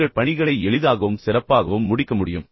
நீங்கள் பணிகளை எளிதாகவும் சிறப்பாகவும் முடிக்க முடியும்